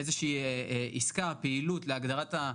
לאפשר משהו בגדר הסביר.